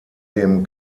dem